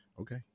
okay